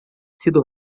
sido